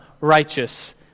righteous